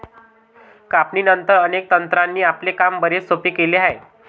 कापणीनंतर, अनेक तंत्रांनी आपले काम बरेच सोपे केले आहे